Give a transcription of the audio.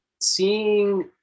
seeing